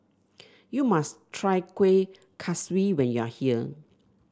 you must try Kueh Kaswi when you are here